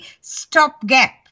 stopgap